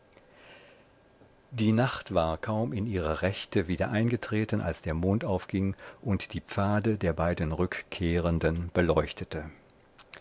die nacht war kaum in ihre rechte wieder eingetreten als der mond aufging und die pfade der beiden rückkehrenden beleuchtete